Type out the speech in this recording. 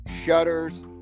shutters